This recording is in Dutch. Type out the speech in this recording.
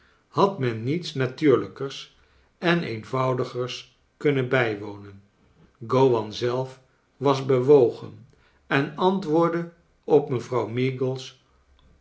had men niets natuurlijkers en eenvoudigers kunnen bijwonen gowan zelf was bewogen en antwoordde op mevrouw